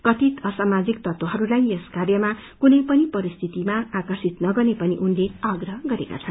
कथित असामाजिक तत्वहरूलाई यस कार्यमा कुनै पनि परिस्थितिमा आर्कषित नगर्ने पनि उनले आग्रह गरेका छन्